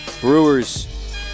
Brewers